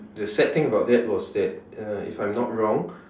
the sad thing about that was that uh if I'm not wrong